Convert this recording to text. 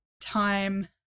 time